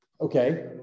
Okay